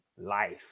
Life